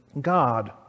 God